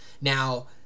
Now